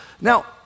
Now